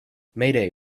mayday